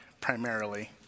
primarily